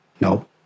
No